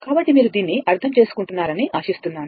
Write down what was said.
కాబట్టి మీరు దీన్ని అర్థం చేసుకుంటున్నారని ఆశిస్తున్నాను